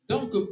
Donc